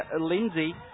Lindsay